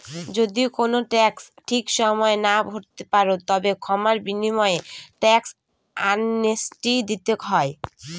যদি কোনো ট্যাক্স ঠিক সময়ে না ভরতে পারো, তবে ক্ষমার বিনিময়ে ট্যাক্স অ্যামনেস্টি দিতে হয়